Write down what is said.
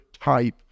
type